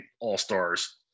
all-stars